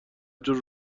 جور